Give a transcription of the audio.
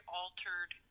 altered